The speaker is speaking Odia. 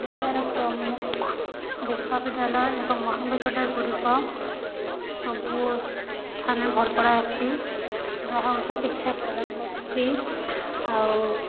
ଓଡ଼ିଶାର ପ୍ରମୁଖ୍ ବିଶ୍ୱବିଦ୍ୟାଳୟ ଏବଂ ମହାବିଦ୍ୟାଳୟ ଗୁଡ଼ିକ ସବୁଠାନେ ଭଲ୍ ପଢ଼ା ହେସି ଯାହା ଉଚ୍ଚ ଶିକ୍ଷା ପ୍ରଦାନ୍ କର୍ସି ଆଉ